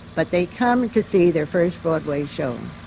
but they come to see their first broadway show.